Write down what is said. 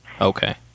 Okay